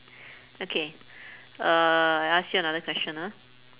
okay uh I ask you another question ah